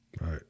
Right